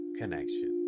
connection